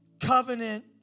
covenant